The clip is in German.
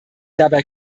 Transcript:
dabei